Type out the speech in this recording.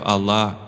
Allah